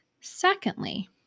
Secondly